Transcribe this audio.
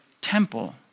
temple